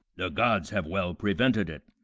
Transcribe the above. the gods have well prevented it,